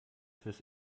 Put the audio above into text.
fürs